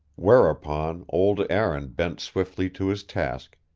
whereupon old aaron bent swiftly to his task,